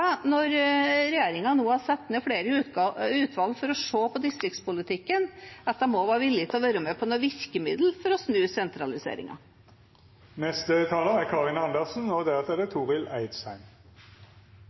når regjeringen nå har satt ned flere utvalg for å se på distriktspolitikken, at de også var villige til å være med på noen virkemidler for å snu sentraliseringen. SV er